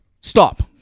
Stop